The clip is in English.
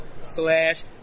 slash